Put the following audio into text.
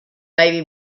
may